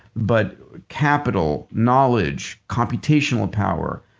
but capital, knowledge computational power,